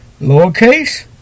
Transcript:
lowercase